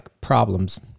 problems